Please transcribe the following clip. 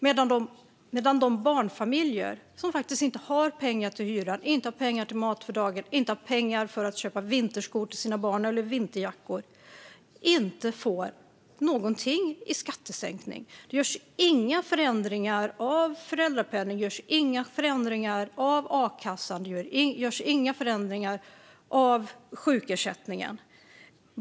Men de barnfamiljer som faktiskt inte har pengar till hyra, till mat för dagen eller till att köpa vinterskor eller vinterjackor åt sina barn får inte någonting i skattesänkning. Och det görs inga förändringar av föräldrapenningen, a-kassan eller sjukersättningen.